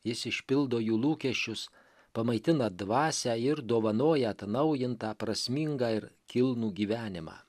jis išpildo jų lūkesčius pamaitina dvasią ir dovanoja atnaujintą prasmingą ir kilnų gyvenimą